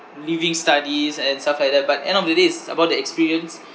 leaving studies and stuff like that but end of the day it's about the experience